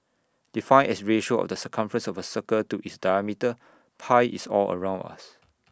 defined as ratio of the circumference of A circle to its diameter pi is all around us